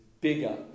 bigger